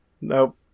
Nope